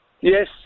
Yes